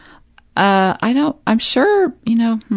i know i'm sure, you know